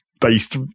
based